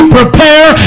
prepare